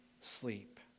sleep